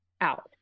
out